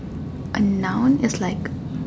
A noun is like